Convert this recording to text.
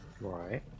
Right